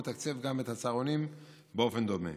הוא מתקצב גם את הצהרונים באופן דומה.